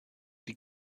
die